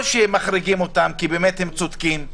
או שמחריגים אותם כי באמת הם צודקים,